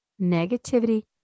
Negativity